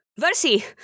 Versi